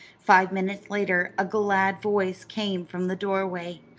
five minutes later a glad voice came from the doorway.